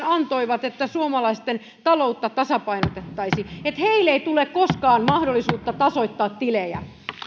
antoivat jotta suomalaisten taloutta tasapainotettaisiin ei tule koskaan mahdollisuutta tasoittaa tilejä